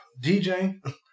DJ